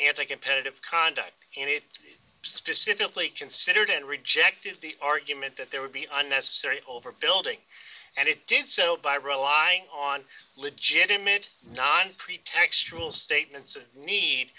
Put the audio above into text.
take competitive conduct and it specifically considered and rejected the argument that there would be unnecessary overbuilding and it did so by rely on legitimate non pretextual statements of need